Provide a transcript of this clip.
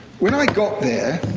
when i got there,